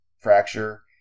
fracture